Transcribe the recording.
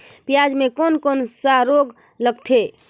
पियाज मे कोन कोन सा रोग लगथे?